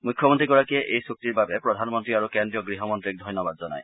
মুখ্যমন্ত্ৰীগৰাকীয়ে এই চুক্তিৰ বাবে প্ৰধানমন্ত্ৰী আৰু কেন্দ্ৰীয় গৃহমন্ত্ৰীক ধন্যবাদ জনায়